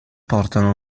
portano